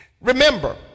Remember